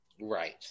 Right